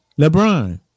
LeBron